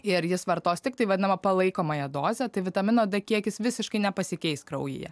ir jis vartos tiktai vadinamą palaikomąją dozę tai vitamino d kiekis visiškai nepasikeis kraujyje